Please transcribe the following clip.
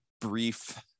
brief